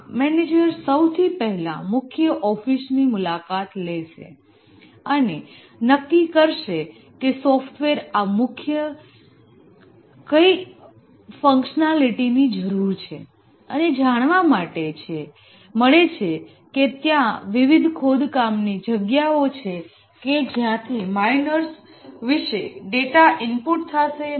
અહીંયા મેનેજર સૌથી પહેલા મુખ્ય ઓફિસ ની મુલાકાત લેશે અને નક્કી કરશે કે સોફ્ટવેર માં મુખ્ય કઈ ફંક્શનાલીટી ની જરૂર છે અને જાણવા મળે છે કે ત્યાં વિવિધ ખોદકામની જગ્યાઓ છે કે જ્યાંથી માઇનર્સ વિશે ડેટા ઈનપુટ થાશે